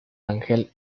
ángel